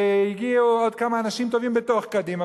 והגיעו עוד כמה אנשים טובים בתוך קדימה,